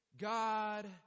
God